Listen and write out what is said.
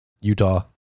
Utah